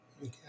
okay